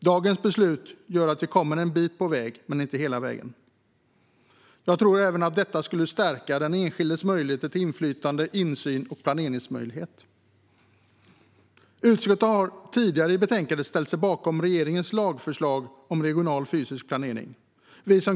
Dagens beslut gör att vi kommer en bit på väg men inte hela vägen. Jag tror även att detta skulle stärka den enskildes möjligheter till inflytande, insyn och planeringsmöjlighet. Utskottet har tidigare i betänkandet ställt sig bakom regeringens lagförslag om regional fysisk planering.